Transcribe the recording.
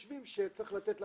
שטחה".